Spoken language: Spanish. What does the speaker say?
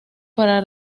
para